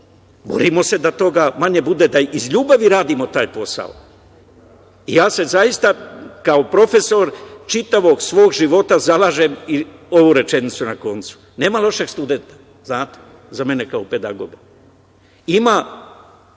Borimo se da toga manje bude, da iz ljubavi radimo taj posao. Ja se zaista kao profesor čitavog svog života zalažem za rečenicu - nema lošeg studenta, za mene kao pedagoga, ima